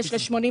ל-75% או ל-80%.